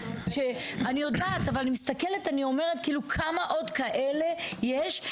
אני יודעת אבל אני מסתכלת ואומרת כמה עוד בנות כאלה יש,